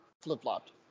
flip-flopped